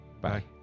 Bye